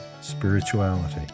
spirituality